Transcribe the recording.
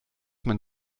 man